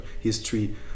history